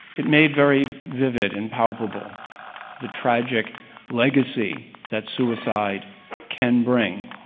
it made very vivid and palpable the tragic legacy that suicide can bring